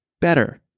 better